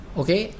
okay